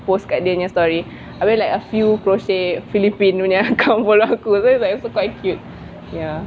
post kat dia punya story abeh like a few crochet philippine punya account also quite cute ya